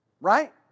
Right